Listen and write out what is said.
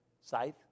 Scythe